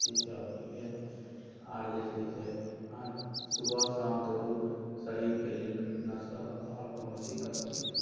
जे छै अथि भेल आर जे छै से अहाँ सुबह शाम दौड़ू शरीरके लेल फिटनेस रहत आर कोनो दिक्कत नहि छै